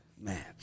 Man